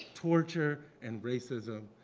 torture, and racism.